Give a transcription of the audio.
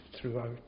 throughout